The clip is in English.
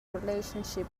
relationship